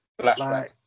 Flashback